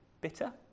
bitter